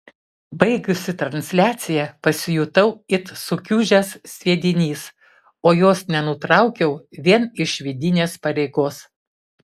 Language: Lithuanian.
baigusi transliaciją pasijutau it sukiužęs sviedinys o jos nenutraukiau vien iš vidinės pareigos